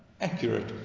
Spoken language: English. accurate